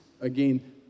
Again